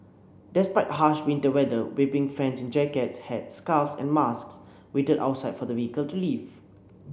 despite harsh winter weather weeping fans in jackets hats scarves and masks waited outside for the vehicle to leave